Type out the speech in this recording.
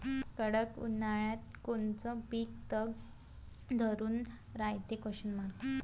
कडक उन्हाळ्यात कोनचं पिकं तग धरून रायते?